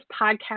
podcast